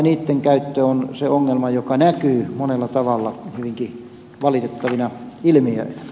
niitten käyttö on se ongelma joka näkyy monella tavalla hyvinkin valitettavina ilmiöinä